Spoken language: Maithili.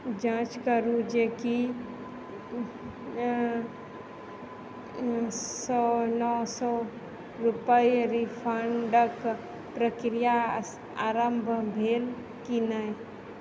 जाँच करू जे की सँ नओ सए रुपआ रिफन्डके प्रक्रिया आरम्भ भेल की नहि